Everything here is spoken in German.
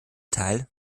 teil